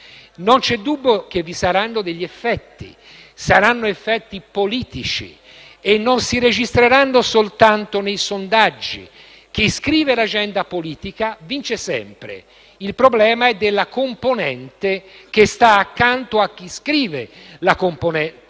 Non c'è dubbio che vi saranno degli effetti; saranno effetti politici e non si registreranno soltanto nei sondaggi. Chi scrive l'agenda politica vince sempre. Il problema è della componente che sta accanto a chi scrive l'agenda